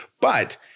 But-